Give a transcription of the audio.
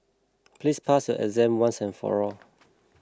please pass your exam once and for all